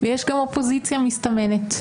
ויש גם אופוזיציה מסתמנת.